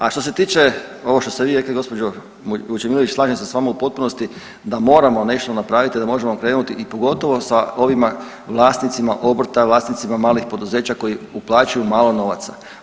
A što se tiče ovo što ste vi rekli gospođo Vučemilović slažem se s vama u potpunosti da moramo nešto napraviti da možemo krenuti i pogotovo sa ovima vlasnicima obrta, vlasnicima malih poduzeća koji uplaćuju malo novaca.